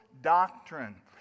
doctrine